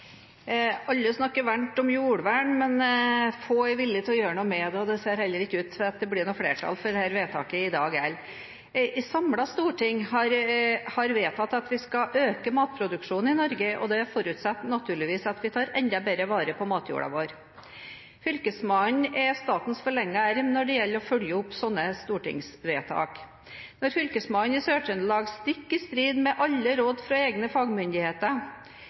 til å gjøre noe med det, og det ser heller ikke ut til at det blir flertall for dette vedtaket i dag heller. Et samlet storting har vedtatt at vi skal øke matproduksjonen i Norge, og det forutsetter naturligvis at vi tar enda bedre vare på matjorda vår. Fylkesmannen er statens forlengende arm når det gjelder å følge opp slike stortingsvedtak. Når Fylkesmannen i Sør-Trøndelag, stikk i strid med alle råd fra egne fagmyndigheter,